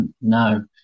No